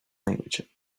language